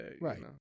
Right